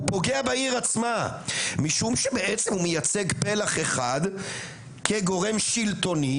הוא פוגע בעיר עצמה משום שבעצם הוא מייצג פלח אחד כגורם שילטוני,